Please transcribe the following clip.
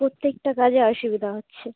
প্রত্যেকটা কাজে অসুবিধা হচ্ছে